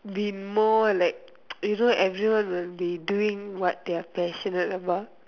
been more like you know everyone will be doing what they are passionate about